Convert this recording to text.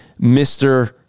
Mr